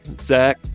Zach